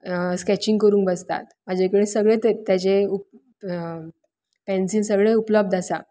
sketching करूंक बसतात म्हजे कडेन सगळे ताजे पेन्सिल सगळें उपलब्ध आसा